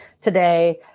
today